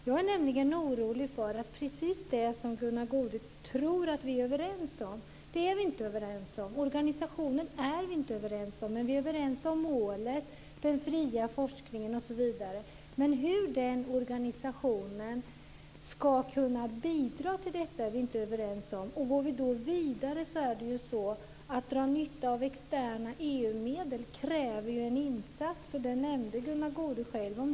Jag är nämligen orolig för att precis det som Gunnar Goude tror att vi är överens om är vi inte överens om. Organisationen är vi inte överens om, men vi är överens om målet, den fria forskningen osv. Men hur organisationen ska kunna bidra till detta är vi inte överens om. Att dra nytta av externa EU-medel kräver en insats, och det nämnde Gunnar Goude själv.